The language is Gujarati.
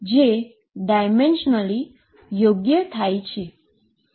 જે ડાઈમેન્શનલી રીતે યોગ્ય છે